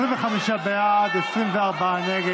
25 בעד, 24 נגד.